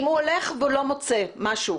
אם הוא הולך ולא מוצא משהו,